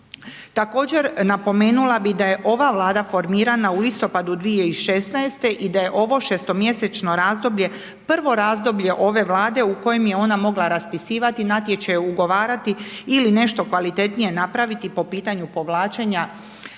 Također napomenula bi da je ova Vlada formirana u listopadu 2016. i da je ovo šestomjesečno razdoblje prvo razdoblje ove Vlade u kojem je ona mogla raspisivati natječaj, ugovarati ili nešto kvalitetnije napraviti po pitanju povlačenja